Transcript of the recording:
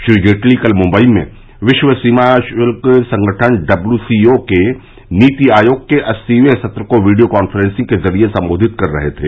श्री जेटली कल मुम्बई में विश्व सीमा शुल्क संगठन डब्ल्यू सीओ के नीति आयोग के अस्सीवें सत्र को वीडियो काफ्रॅसिंग के जरिए संबोधित कर रहे थे